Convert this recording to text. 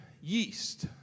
yeast